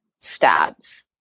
stabs